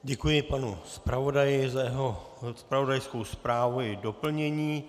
Děkuji panu zpravodaji za jeho zpravodajskou zprávu i doplnění.